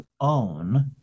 own